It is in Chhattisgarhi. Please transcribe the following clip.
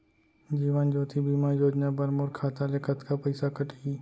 जीवन ज्योति बीमा योजना बर मोर खाता ले कतका पइसा कटही?